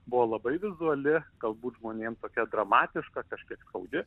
buvo labai vizuali galbūt žmonėm tokia dramatiška kažkiek skaudi